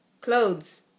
clothes